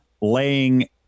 laying